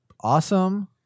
awesome